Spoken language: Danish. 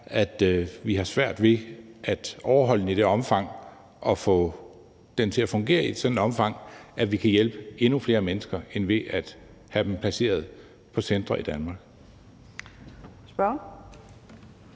at vi har svært ved at overholde den og få den til at fungere i et sådant omfang, at vi kan hjælpe endnu flere mennesker end ved at have dem placeret på centre i Danmark.